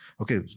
Okay